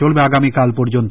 চলবে আগামীকাল পর্যন্ত